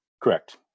Correct